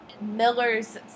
miller's